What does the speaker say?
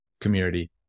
community